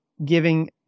Giving